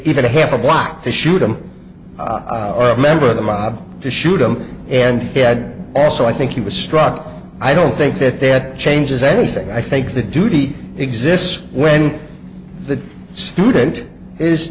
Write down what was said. even a half a block to shoot him or a member of the mob to shoot them and he had also i think he was struck i don't think that there changes anything i think the duty exists when the student is